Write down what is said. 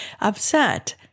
upset